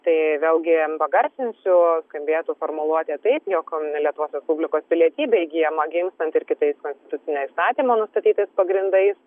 tai vėlgi pagarsinsiu skambėtų formuluotė taip jog lietuvos respublikos pilietybė įgyjama gimstant ir kitais konstitucinio įstatymo nustatytais pagrindais